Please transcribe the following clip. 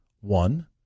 One